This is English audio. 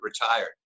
retired